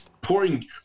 pouring